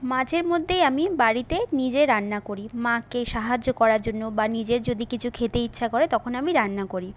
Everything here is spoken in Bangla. মাঝেমধ্যেই আমি বাড়িতে নিজে রান্না করি মাকে সাহায্য করার জন্য বা নিজের যদি কিছু খেতে ইচ্ছা করে তখন আমি রান্না করি